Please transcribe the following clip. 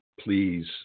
Please